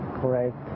correct